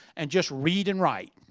and just read and write.